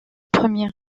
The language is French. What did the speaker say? première